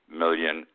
million